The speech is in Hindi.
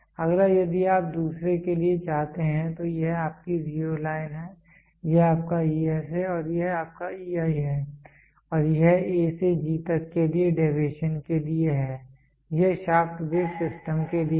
अगला यदि आप दूसरे के लिए चाहते हैं तो यह आपकी जीरो लाइन है यह आपका ES है और यह आपका EI है और यह A से G तक के लिए डेविएशन के लिए है यह शाफ्ट बेस सिस्टम के लिए है